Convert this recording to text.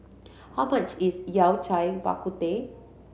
how much is Yao Cai Bak Kut Teh